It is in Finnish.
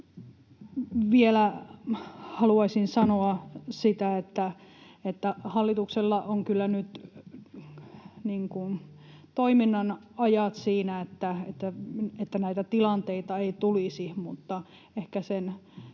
Vielä haluaisin sanoa sitä, että hallituksella on kyllä nyt toiminnan ajat siinä, että näitä tilanteita ei tulisi. Mutta ehkä sen